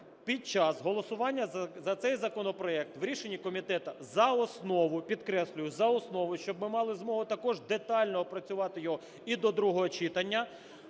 під час голосування за цей законопроект у рішенні комітету за основу, (підкреслюю – за основу, щоб ми мали змогу також детально опрацювати його і до другого читання)